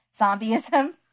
zombieism